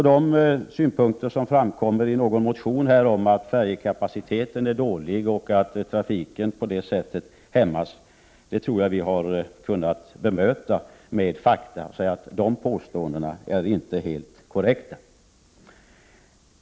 De synpunkter som framförs i någon motion om att färjekapaciteten är dålig och att trafiken därigenom hämmas tror jag att vi har kunnat bemöta med fakta — motionens påståenden är inte helt korrekta.